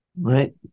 right